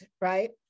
right